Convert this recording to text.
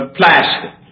plastic